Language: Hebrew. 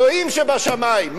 אלוהים שבשמים,